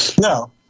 No